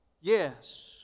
Yes